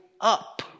up